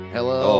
Hello